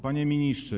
Panie Ministrze!